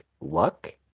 luck